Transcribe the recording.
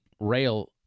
rail